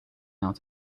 out